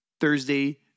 Thursday